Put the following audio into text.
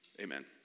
Amen